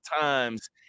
times